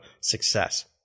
success